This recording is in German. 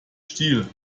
stiel